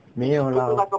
没有啦